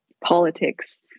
politics